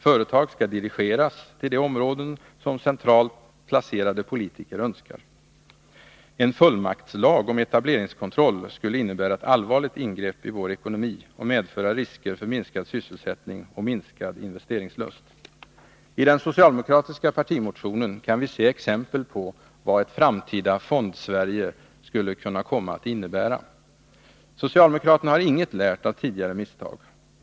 Företag skall dirigeras till de områden som centralt placerade politiker önskar. En fullmaktslag om etableringskontroll skulle innebära ett allvarligt ingrepp i vår ekonomi och medföra risker för minskad sysselsättning och minskad investeringslust. I den socialdemokratiska partimotionen kan vi se exempel på vad ett framtida Fondsverige skulle kunna komma att innebära. Socialdemokraterna har ingenting lärt av tidigare misstag.